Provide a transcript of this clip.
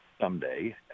someday